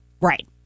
Right